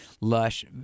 lush